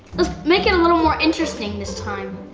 let's make it a little more interesting this time.